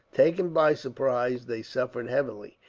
taken by surprise, they suffered heavily.